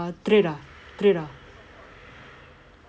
trade ah trade ah